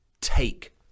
take